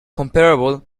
comparable